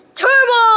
turbo